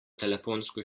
telefonsko